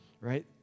right